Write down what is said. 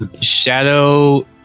Shadow